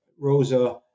Rosa